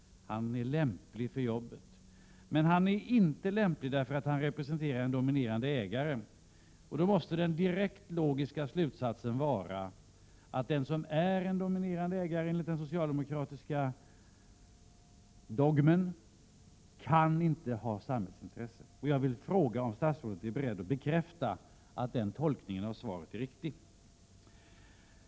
Han är lämplig för arbetet. Men han är inte lämplig, därför att han representerar en dominerande ägare. Den direkta logiska slutsatsen av detta måste bli att den som representerar en dominerande ägare enligt den socialdemokratiska dogmen inte kan ha samhällsintresse. Jag vill fråga om statsrådet är beredd att bekräfta att den tolkningen av svaret är riktig.